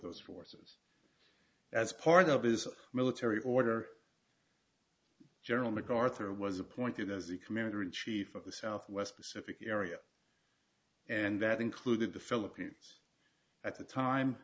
those forces as part of his military order general macarthur was appointed as the commander in chief of the southwest pacific area and that included the philippines at the time